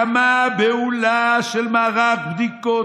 הקמה בהולה של מערך בדיקות,